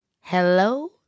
hello